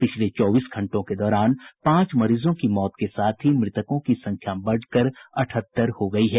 पिछले चौबीस घंटों के दौरान पांच मरीजों की मौत के साथ ही मृतकों की संख्या बढ़कर अठहत्तर हो गयी है